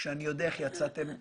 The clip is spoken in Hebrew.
איך יצאתם לדרך.